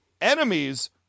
enemies